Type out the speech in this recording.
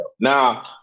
Now